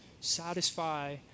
satisfy